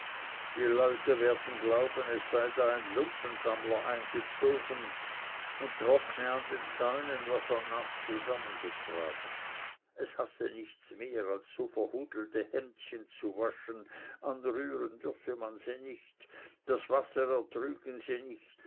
die leute werden glauben es sei da ein lumpensammler eingezogen und trockne an den zäunen was er naß zusammengetragen es hasse nichts mehr als so verhudelte hemdchen zu waschen anrühren dürfe man sie nicht das wasser ertrügen sie nicht